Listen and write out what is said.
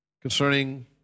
concerning